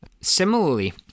Similarly